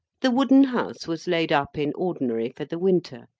the wooden house was laid up in ordinary for the winter,